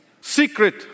secret